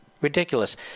ridiculous